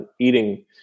eating